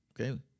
okay